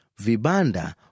Vibanda